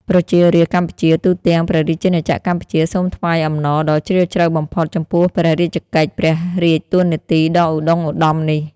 ប្រជារាស្រ្តកម្ពុជាទូទាំង ព្រះរាជាណាចក្រកម្ពុជា សូមថ្វាយអំណរដ៏ជ្រាលជ្រៅបំផុត ចំពោះព្ររាជកិច្ច ព្រះរាជតួនាទីដ៏ឧត្តុង្គឧត្តមនេះ។